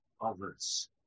others